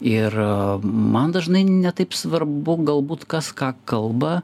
ir man dažnai ne taip svarbu galbūt kas ką kalba